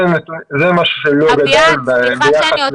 זה משהו שלא גדל ביחס,